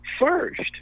first